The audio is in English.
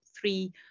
three